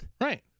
Right